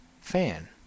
fan